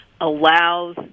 allows